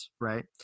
right